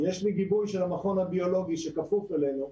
יש לי גיבוי של המכון הביולוגי שכפוף אלינו.